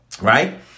Right